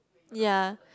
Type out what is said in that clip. ya